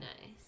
nice